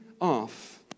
off